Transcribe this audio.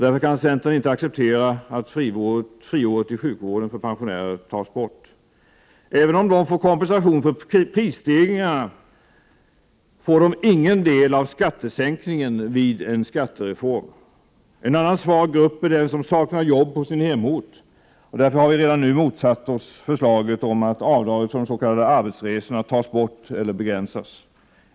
Därför kan centern inte acceptera att friåret i sjukvården för pensionärer tas bort. Även om de får kompensation för prisstegringarna får de ingen del av skattesänkningen vid en skattereform. En annan svag grupp är den som saknar jobb på sin hemort. Därför har vi redan nu motsatt oss förslaget om att avdraget för de s.k. arbetsresorna tas bort eller begränsas.